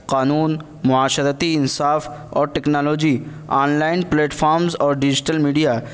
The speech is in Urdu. قانون معاشرتی انصاف اور technology online platforms اور ڈیجیٹل میڈیا